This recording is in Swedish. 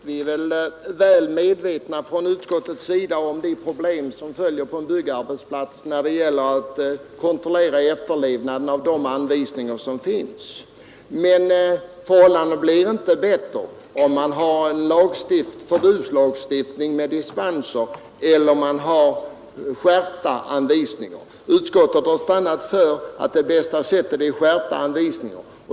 Fru talman! Vi är från utskottets sida väl medvetna om de problem som uppstår på en byggarbetsplats när det gäller att kontrollera efterlevnaden av de anvisningar som finns. Men förhållandena blir inte bättre om man har en förbudslagstiftning med dispenser. Utskottet har stannat för att det bästa sättet är skärpta anvisningar.